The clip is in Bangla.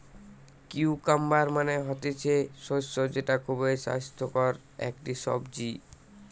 কিউকাম্বার মানে হতিছে শসা যেটা খুবই স্বাস্থ্যকর একটি সবজি